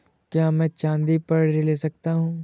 क्या मैं चाँदी पर ऋण ले सकता हूँ?